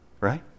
Right